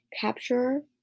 capturer